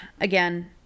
again